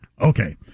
Okay